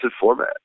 format